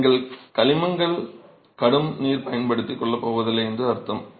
நீங்கள் கனிமங்கள் கடும் நீர் பயன்படுத்தி கொள்ள போவதில்லை என்பது அர்த்தம்